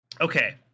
okay